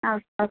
अस्तु अस्तु